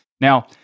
Now